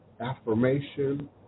affirmation